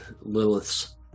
Lilith's